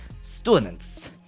students